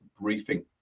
briefing